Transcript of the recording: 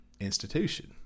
institution